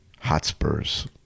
Hotspurs